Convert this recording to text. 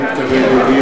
הנני מתכבד להודיע,